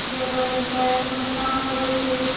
जाहि वजह ओकरो लेल तऽ नुकसान हो जाइ छै